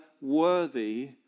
worthy